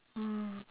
mm